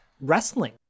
wrestling